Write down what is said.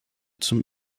zum